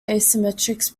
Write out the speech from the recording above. asymmetries